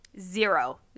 Zero